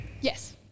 Yes